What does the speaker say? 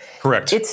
Correct